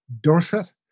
Dorset